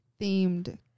themed